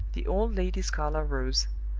the old lady's color rose.